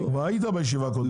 היית בישיבה הקודמת.